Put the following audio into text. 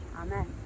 Amen